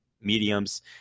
mediums